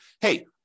hey